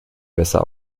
besser